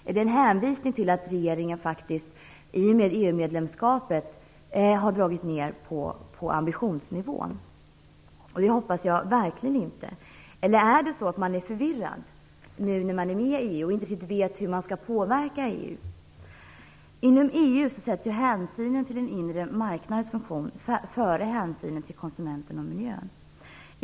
Är det en hänvisning till att regeringen faktiskt i och med EU medlemskapet har dragit ned på ambitionsnivån - det hoppas jag verkligen inte - eller är det så att man är förvirrad nu när man är med i EU och inte riktigt vet hur man skall påverka EU? Inom EU sätts hänsynen till den inre marknadens funktion före hänsynen till konsumenten och miljön.